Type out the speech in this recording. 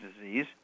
disease